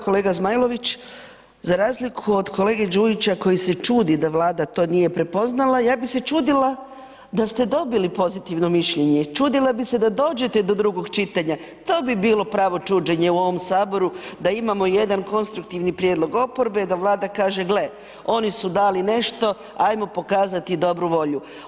Kolega Zmajlović, za razliku od kolege Đujića koji se čudi da Vlada to nije prepoznala, ja bi se čudila da ste dobili pozitivno mišljenje, čudila bi se da dođete do drugog čitanja, to bi bilo pravo čuđenje u ovom Saboru da imamo jedan konstruktivni prijedlog oporbe, da Vlada kaže, gle, oni su dali nešto, hajmo pokazati dobru volju.